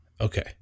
Okay